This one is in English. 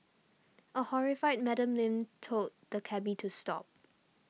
a horrified Madam Lin told the cabby to stop